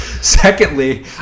Secondly